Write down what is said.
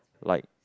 like